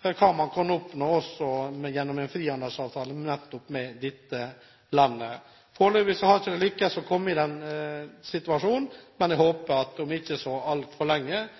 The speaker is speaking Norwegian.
hva man kan oppnå gjennom en frihandelsavtale med nettopp dette landet. Foreløpig har en ikke lyktes i å komme i den situasjonen, men jeg håper at man om ikke så altfor lenge